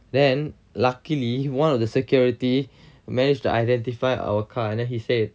then luckily one of the security managed to identify our car and then he said